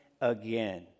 again